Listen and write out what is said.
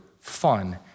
fun